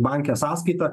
banke sąskaitą